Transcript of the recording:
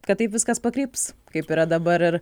kad taip viskas pakryps kaip yra dabar ir